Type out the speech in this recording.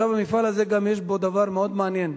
המפעל הזה, גם יש בו דבר מאוד מעניין.